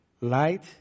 light